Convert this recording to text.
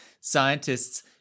scientists